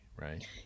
right